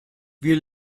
wir